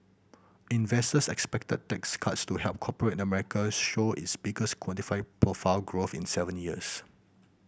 investors expect tax cuts to help corporate America show its biggest quantify profit growth in seven years